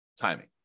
timing